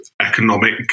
Economic